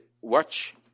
watch